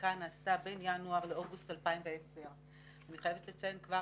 הבדיקה נעשתה בין ינואר לאוגוסט 2010. אני חייבת לציין כבר